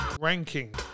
ranking